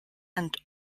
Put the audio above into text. and